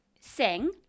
sing